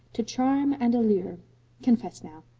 to charm and allure confess now.